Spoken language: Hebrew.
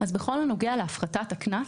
בכל הנוגע להפחתת הקנס,